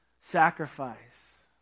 sacrifice